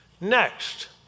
Next